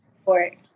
support